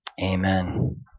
amen